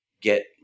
get